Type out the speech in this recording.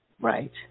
Right